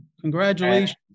Congratulations